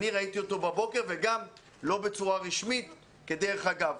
אני ראיתי אותו בבוקר וגם לא בצורה רשמית אלא בדרך אגב.